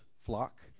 flock